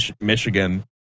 Michigan